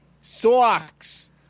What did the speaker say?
socks